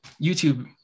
youtube